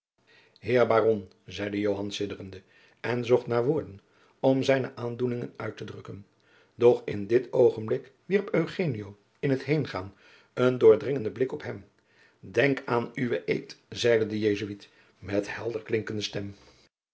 heer baron zeide joan sidderende en zocht naar woorden om zijne aandoeningen uit te drukken doch in dit oogenblik wierp eugenio in t heengaan een doordringenden blik op hem denk aan uwen eed zeide de jesuit met eene helderklinkende stem